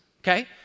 okay